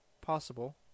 possible